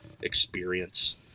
experience